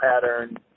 pattern